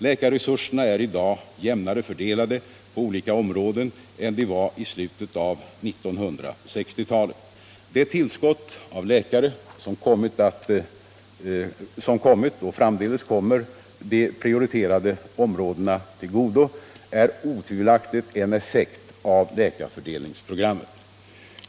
Läkarresurserna är i dag jämnare fördelade på olika områden än de var i slutet av 1960-talet. Det tillskott av läkare som kommit och framdeles kommer de prioriterade områdena till godo är otvivelaktigt en effekt av läkarfördelningsprogrammet.